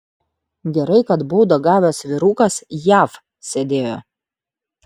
gerai kad baudą gavęs vyrukas jav sėdėjo